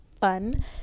fun